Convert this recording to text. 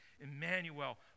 Emmanuel